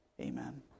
Amen